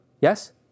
Yes